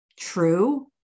true